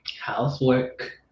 Housework